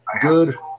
good